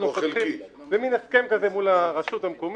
זה מין הסכם מול הרשות המקומית,